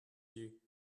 you